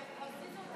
43. אפשר,